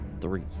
three